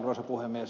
arvoisa puhemies